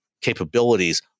capabilities